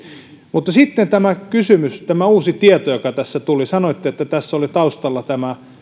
mutta sitten kysymys tästä uudesta tiedosta joka tässä tuli sanoitte että tässä oli taustalla